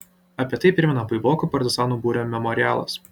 apie tai primena baibokų partizanų būrio memorialas